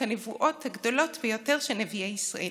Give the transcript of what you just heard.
הנבואות הגדולות ביותר של נביאי ישראל: